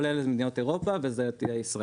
כל אלה מדינות אירופה וזאת ישראל.